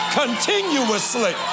continuously